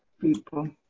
people